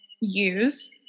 use